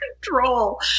control